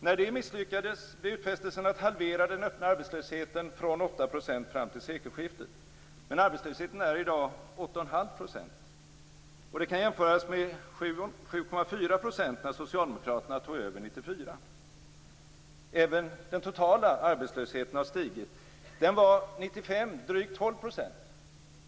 När det misslyckades gav ni utfästelsen att halvera den öppna arbetslösheten från 8 % fram till sekelskiftet. Men arbetslösheten är i dag 8 1⁄2 %. Det kan jämföras med 7,4 % när Socialdemokraterna tog över 1994. Även den totala arbetslösheten har stigit. Den var 1995 drygt 12 %.